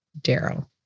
Daryl